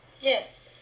Yes